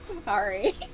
Sorry